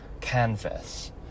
canvas